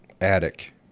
attic